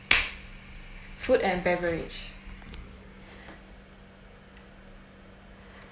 food and beverage